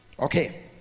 Okay